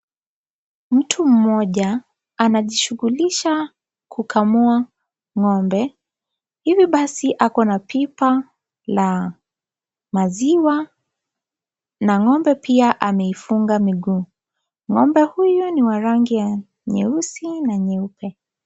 Mtu mmoja anajishughulisha kukamua ng'ombe. Hivyo basi ako na pipa la maziwa na ng'ombe pia ameifunga miguu. Ng'ombe huyu ni wa rangi ya nyeusi na nyeupe.